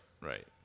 right